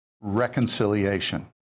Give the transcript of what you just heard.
reconciliation